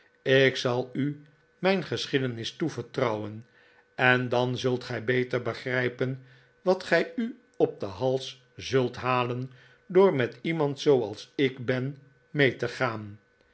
ik zal u mijn geschiedenis toevertrouwen en dan zult gij beter begrijpen wat gij u op den hals zult halen door met iemand zooals ik ben mee te gaan